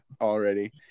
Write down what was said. already